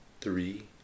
three